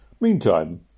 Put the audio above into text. Meantime